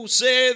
say